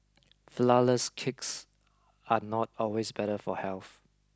flourless cakes are not always better for health